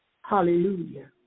Hallelujah